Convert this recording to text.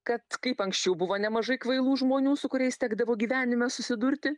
kad kaip anksčiau buvo nemažai kvailų žmonių su kuriais tekdavo gyvenime susidurti